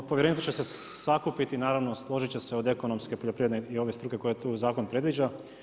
Povjerenstvo će se sakupiti, naravno, složiti će se od ekonomske, poljoprivredne i ove struke koju tu zakon predviđa.